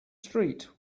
street